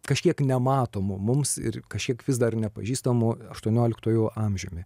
kažkiek nematomu mums ir kažkiek vis dar nepažįstamu aštuonioliktuoju amžiumi